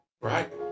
right